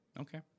Okay